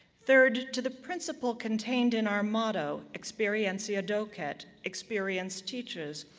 third, to the principle contained in our motto experientia docet, experience teaches,